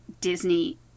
Disney